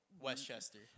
Westchester